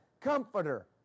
comforter